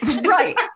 right